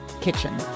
kitchen